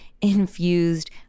infused